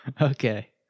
Okay